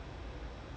ya